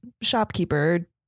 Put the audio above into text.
shopkeeper